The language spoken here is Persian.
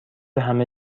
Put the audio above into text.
همه